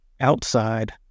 outside